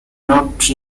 not